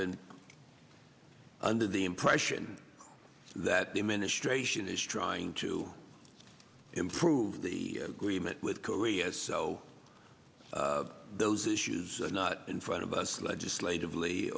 been under the impression that the administration is trying to improve the agreement with korea so those issues are not in front of us legislatively